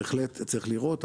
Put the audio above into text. בהחלט צריך לראות.